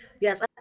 yes